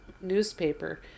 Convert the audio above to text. newspaper